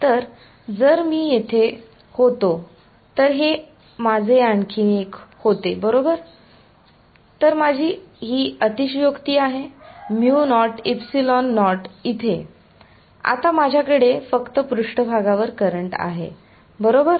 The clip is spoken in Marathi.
तर जर मी येथे होतो तर हे माझे आणखी एक होते बरोबर ही माझी अतिशयोक्ती आहे म्यु नॉट इप्सिलोन नॉट इथे आता माझ्याकडे फक्त पृष्ठभागावर करंट आहे बरोबर